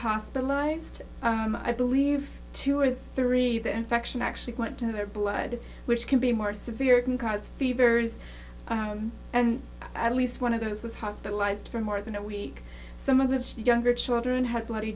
hospitalized i believe two or three the infection actually quite to their blood which can be more severe can cause fevers and at least one of those was hospitalized for more than a week some of the younger children had bloody